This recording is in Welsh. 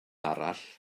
arall